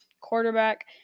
quarterback